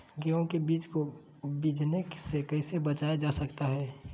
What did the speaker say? गेंहू के बीज को बिझने से कैसे बचाया जा सकता है?